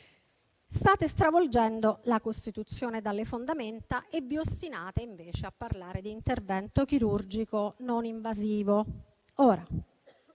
State stravolgendo la Costituzione dalle fondamenta e vi ostinate invece a parlare di intervento chirurgico non invasivo. Ora,